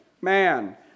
Man